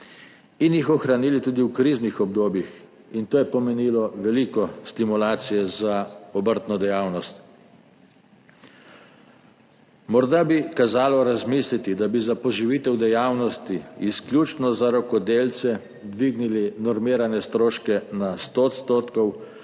in jih ohranili tudi v kriznih obdobjih in to je pomenilo veliko stimulacijo za obrtno dejavnost. Morda bi veljalo razmisliti, da bi za poživitev dejavnosti izključno za rokodelce dvignili normirane stroške na 100